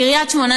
קריית שמונה,